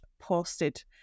posted